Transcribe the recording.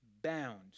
bound